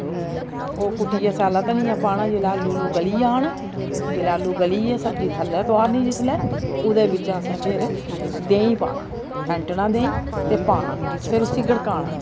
ओह् कुट्टियै सैल्ला धनियां पाना जिस बेल्लै आलू ऊल्लू गली जान जिस बेल्लै आलू गे सब्जी फ्ही थल्लै तोआ'रनी जिस बेल्लै ओह्दे बिच असें फ्ही देहीं पाना फैंटना देहीं ते पाना फ्ही उसी गड़काना